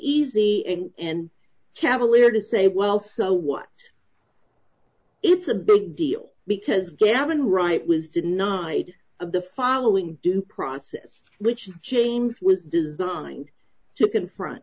easy and cavalier to say well so what it's a big deal because gavin wright was denied of the following due process which james was designed to confront